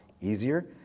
easier